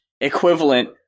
equivalent